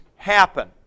Happen